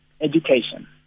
education